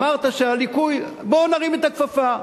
בואו נרים את הכפפה,